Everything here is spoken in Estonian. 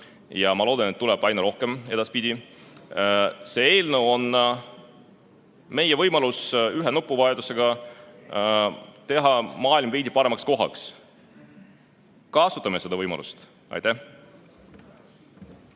Ja ma loodan, et neid tuleb edaspidi aina rohkem. See eelnõu on meie võimalus ühe nupuvajutusega teha maailm veidi paremaks kohaks. Kasutame seda võimalust. Aitäh!